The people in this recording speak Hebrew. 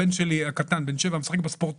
הבן שלי הקטן בן 7 משחק בספורטק,